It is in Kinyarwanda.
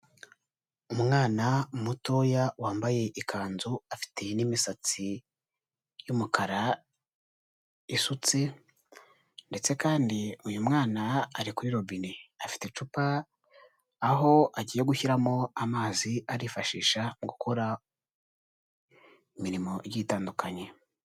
Umwana mutoya wambaye ikanzu afite n'imisatsi y'umukara isutse, ndetse kandi uyu mwana ari kuri robine afite icupa aho agiye gushyiramo amazi arifashisha gukora imirimo igiye itandukanye.